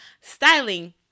Styling